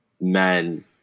men